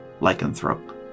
Lycanthrope